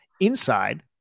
inside